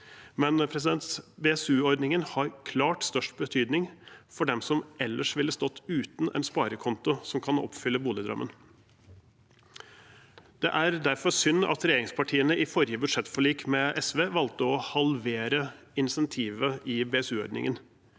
men BSU-ordningen har klart størst betydning for dem som ellers ville stått uten en sparekonto som kan oppfylle boligdrømmen. Det er derfor synd at regjeringspartiene i forrige budsjettforlik med SV valgte å halvere insentivet i BSU-ordningen.